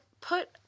put